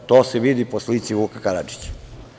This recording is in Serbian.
To se vidi po slici Vuka Karadžića.